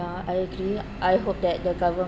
I agree I hope that the government